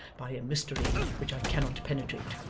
by a mystery which i cannot penetrate.